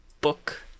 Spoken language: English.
book